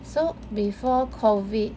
so before COVID